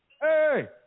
hey